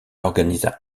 organisa